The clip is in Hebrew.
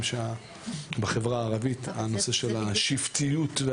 בחברה הערבית הנושא של השבטיות.